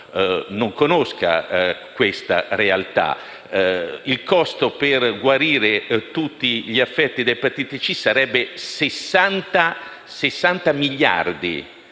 non conosca questa realtà: il costo per guarire tutti gli affetti da epatite C sarebbe di 60 miliardi